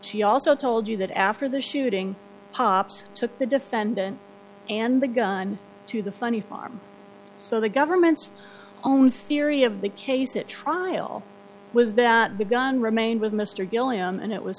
she also told you that after the shooting pops took the defendant and the gun to the funny farm so the government's own theory of the case at trial was that the gun remained with mr gilliam and it was